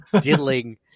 diddling